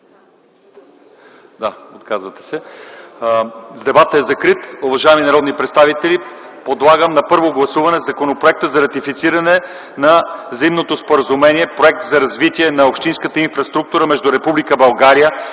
Закривам дебата. Уважаеми народни представители, подлагам на първо гласуване Законопроекта за ратифициране на Заемното споразумение „Проект за развитие на общинската инфраструктура” между Република България